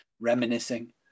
reminiscing